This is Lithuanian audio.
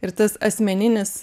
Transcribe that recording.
ir tas asmeninis